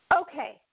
Okay